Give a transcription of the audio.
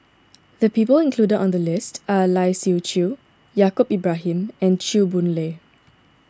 the people included in the list are Lai Siu Chiu Yaacob Ibrahim and Chew Boon Lay